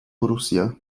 borussia